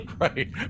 Right